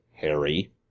Harry